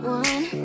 one